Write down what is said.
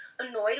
annoyed